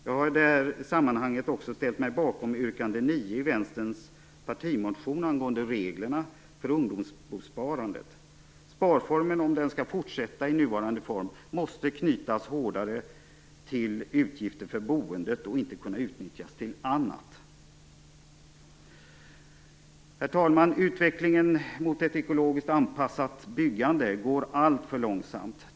Jag har i det här sammanhanget också ställt mig bakom yrkande 9 i Vänsterns partimotion angående reglerna för ungdomsbosparandet. Sparformen, om den skall fortsätta i nuvarande form, måste knytas hårdare till utgifter för boendet och inte kunna utnyttjas till annat. 7. Herr talman! Utvecklingen mot ett ekologiskt anpassat byggande går alltför långsamt.